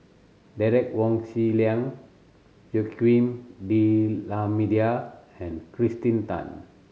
Derek Wong Zi Liang Joaquim D'Almeida and Kirsten Tan